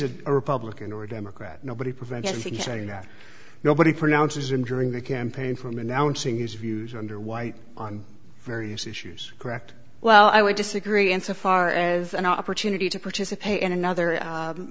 a republican or democrat nobody preventing saying that nobody pronounces him during the campaign from announcing his views under white on various issues correct well i would disagree insofar as an opportunity to participate in another